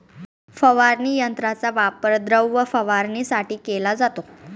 फवारणी यंत्राचा वापर द्रव फवारणीसाठी केला जातो